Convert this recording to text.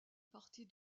partie